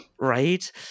Right